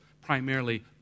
primarily